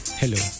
hello